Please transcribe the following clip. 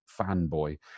fanboy